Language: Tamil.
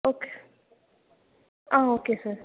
okay ah okay sir